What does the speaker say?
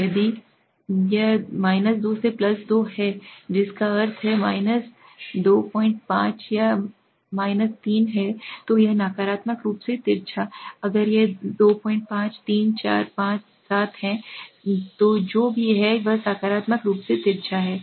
यदि यह 2 से 2 है जिसका अर्थ है 25 या 3 है तो यह है नकारात्मक रूप से तिरछा अगर यह 25 3 4 5 7 है तो जो भी है वह सकारात्मक रूप से तिरछा है